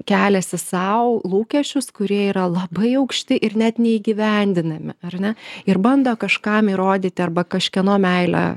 keliasi sau lūkesčius kurie yra labai aukšti ir net neįgyvendinami ar ne ir bando kažkam įrodyti arba kažkieno meilę